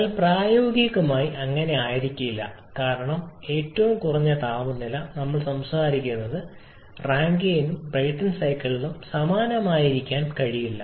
എന്നാൽ പ്രായോഗികമായി അങ്ങനെയായിരിക്കില്ല കാരണം ഏറ്റവും കുറഞ്ഞ താപനില ഞങ്ങൾ സംസാരിക്കുന്നത് റാങ്കൈനും ബ്രൈറ്റൺ സൈക്കിളിനും സമാനമായിരിക്കാൻ കഴിയില്ല